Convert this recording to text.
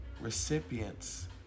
recipients